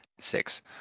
six